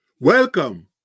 Welcome